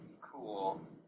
cool